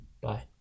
Bye